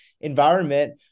environment